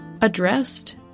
addressed